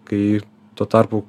kai tuo tarpu